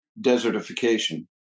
desertification